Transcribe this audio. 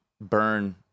burn